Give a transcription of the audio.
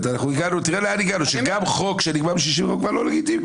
תראו לאן הגענו, שגם חוק שנגמר ב-61 לא לגיטימי.